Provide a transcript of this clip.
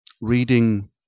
reading